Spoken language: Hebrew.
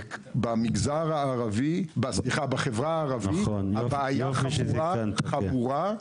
ובחברה הערבית הבעיה היא יותר חמורה,